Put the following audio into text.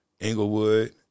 Englewood